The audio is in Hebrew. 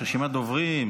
יש רשימת דוברים,